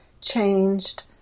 changed